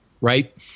Right